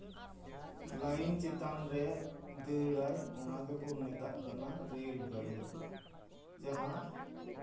ᱞᱟᱹᱭᱤᱱ ᱪᱮᱛᱟᱱ ᱨᱮᱭ ᱫᱟᱹᱲᱟᱭ ᱚᱱᱟ ᱜᱮᱠᱚ ᱢᱮᱛᱟᱜ ᱠᱟᱱᱟ ᱨᱮᱹᱞ ᱜᱟᱹᱲᱤ ᱡᱟᱦᱟᱸ